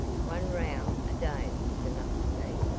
one row a day is enough for me.